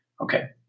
Okay